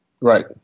Right